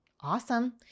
Awesome